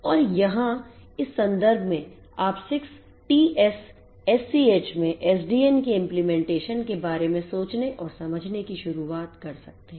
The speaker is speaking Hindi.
और यहाँ इस संदर्भ में आप 6TSSCH में SDN के implementation के बारे में सोचने और समझने की शुरुआत कर सकते हैं